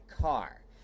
car